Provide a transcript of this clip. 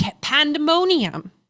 pandemonium